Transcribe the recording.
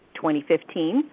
2015